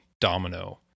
domino